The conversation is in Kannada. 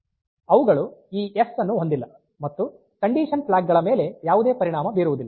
ಅವುಗಳು ಈ s ಅನ್ನು ಹೊಂದಿಲ್ಲ ಮತ್ತು ಕಂಡೀಶನ್ ಫ್ಲಾಗ್ ಗಳ ಮೇಲೆ ಯಾವುದೇ ಪರಿಣಾಮ ಬೀರುವುದಿಲ್ಲ